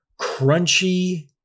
crunchy